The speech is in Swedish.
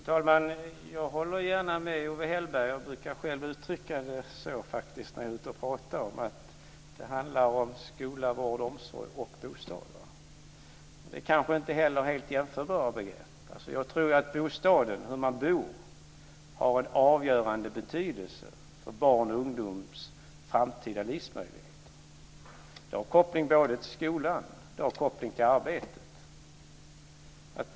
Fru talman! Jag håller gärna med Owe Hellberg. Jag brukar faktiskt själv uttrycka det så när jag är ute och pratar att det handlar om skola, vård, omsorg och bostad. Det är kanske inte helt jämförbara begrepp. Jag tror ju att bostaden - hur man bor - har en avgörande betydelse för barns och ungdomars framtida livsmöjligheter. Det har koppling både till skolan och till arbetet.